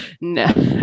no